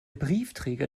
briefträger